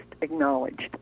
acknowledged